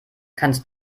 kannst